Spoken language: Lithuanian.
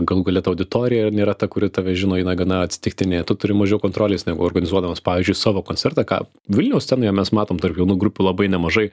galų gale ta auditorija nėra ta kuri tave žino jinai gana atsitiktinė tu turi mažiau kontrolės negu organizuodamas pavyzdžiui savo koncertą ką vilniaus scenoje mes matom tarp jaunų grupių labai nemažai